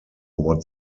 what